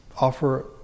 offer